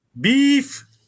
Beef